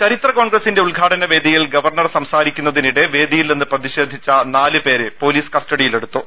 ചരിത്ര കോൺഗ്രസിന്റെ ഉദ്ഘാടന വേദിയിൽ ഗവർണർ സംസാരിക്കുന്നതിനിടെ വേദിയിൽ നിന്ന് പ്രതിഷേധിച്ച നാല് പേരെ പോലിസ് കസ്റ്റഡിയിലെടുത്തു